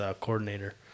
coordinator